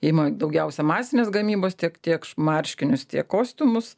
ima daugiausia masinės gamybos tiek tiek marškinius tiek kostiumus